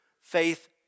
faith